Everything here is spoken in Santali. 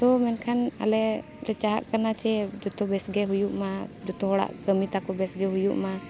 ᱛᱚ ᱢᱮᱱᱠᱷᱟᱱ ᱟᱞᱮ ᱞᱮ ᱪᱟᱦᱟᱜ ᱠᱟᱱᱟ ᱡᱮ ᱡᱷᱚᱛᱚ ᱵᱮᱥ ᱜᱮ ᱦᱩᱭᱩᱜ ᱢᱟ ᱡᱷᱚᱛᱚ ᱦᱚᱲᱟᱜ ᱠᱟᱹᱢᱤ ᱛᱟᱠᱚ ᱵᱮᱥ ᱜᱮ ᱦᱩᱭᱩᱜ ᱢᱟ